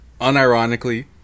unironically